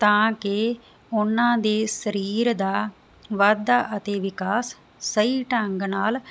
ਤਾਂ ਕਿ ਉਹਨਾਂ ਦੀ ਸਰੀਰ ਦਾ ਵਾਧਾ ਅਤੇ ਵਿਕਾਸ ਸਹੀ ਢੰਗ ਨਾਲ